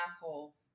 assholes